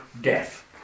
death